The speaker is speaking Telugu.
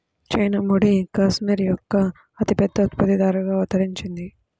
చైనా ముడి కష్మెరె యొక్క అతిపెద్ద ఉత్పత్తిదారుగా అవతరించింది